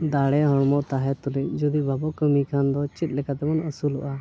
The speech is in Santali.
ᱫᱟᱲᱮ ᱦᱚᱲᱢᱚ ᱛᱟᱦᱮᱸ ᱛᱩᱞᱩᱡ ᱡᱩᱫᱤ ᱵᱟᱵᱚ ᱠᱟᱹᱢᱤ ᱠᱷᱟᱱ ᱫᱚ ᱪᱮᱫ ᱞᱮᱠᱟ ᱛᱮᱵᱚᱱ ᱟᱹᱥᱩᱞᱚᱜᱼᱟ